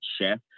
chef